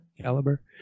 caliber